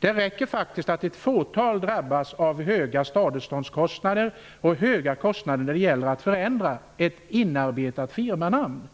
Det räcker faktiskt att ett fåtal drabbas av höga skadestånd och höga kostnader i samband med att ett inarbetat firmanamn skall